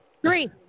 Three